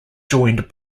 joined